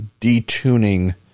detuning